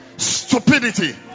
stupidity